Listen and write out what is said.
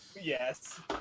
Yes